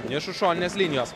iš už šoninės linijos